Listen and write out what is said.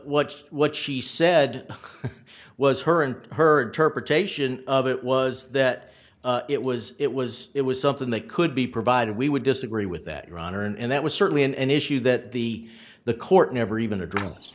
what what she said was her and her perpetration of it was that it was it was it was something that could be provided we would disagree with that your honor and that was certainly an issue that the the court never even address